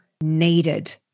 needed